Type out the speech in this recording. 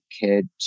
kid